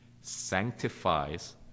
sanctifies